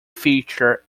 feature